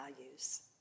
values